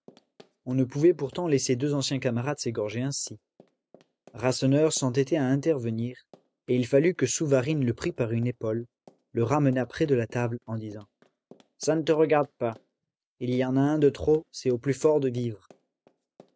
on ne pouvait pourtant laisser deux anciens camarades s'égorger ainsi rasseneur s'entêtait à intervenir et il fallut que souvarine le prît par une épaule le ramenât près de la table en disant ça ne te regarde pas il y en a un de trop c'est au plus fort de vivre